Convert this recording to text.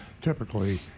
typically